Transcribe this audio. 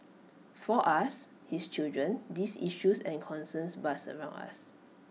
for us his children these issues and concerns buzzed around us